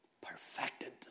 Perfected